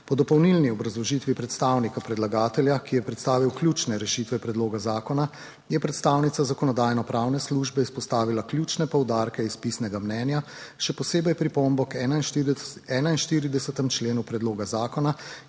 Po dopolnilni obrazložitvi predstavnika predlagatelja, ki je predstavil ključne rešitve predloga zakona, je predstavnica Zakonodajno-pravne službe izpostavila ključne poudarke iz pisnega mnenja, še posebej pripombo k 41. členu predloga zakona,